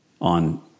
on